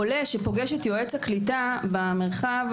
העולה שפוגש את יועץ הקליטה במרחב,